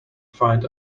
find